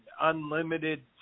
unlimited